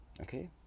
okay